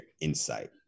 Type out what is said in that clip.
insight